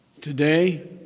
today